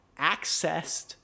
accessed